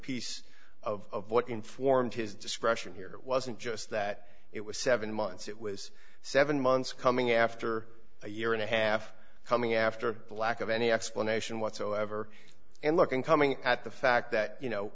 piece of what informs his discretion here it wasn't just that it was seven months it was seven months coming after a year and a half coming after the lack of any explanation whatsoever and looking coming at the fact that you know